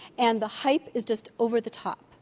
and the hype is just over the top.